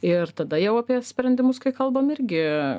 ir tada jau apie sprendimus kai kalbam irgi